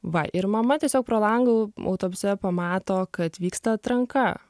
va ir mama tiesiog pro langą autobuse pamato kad vyksta atranka